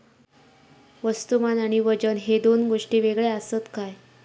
वस्तुमान आणि वजन हे दोन गोष्टी वेगळे आसत काय?